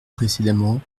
précédemment